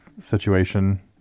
situation